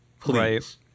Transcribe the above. please